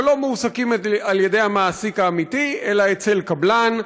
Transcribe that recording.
אבל לא מועסקים על-ידי המעסיק האמיתי אלא אצל קבלן.